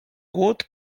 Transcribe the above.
głód